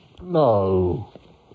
No